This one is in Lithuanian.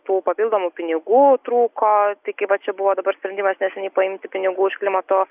tų papildomų pinigų trūko tai kai va čia buvo dabar sprendimas neseniai paimti pinigų iš klimato